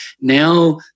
Now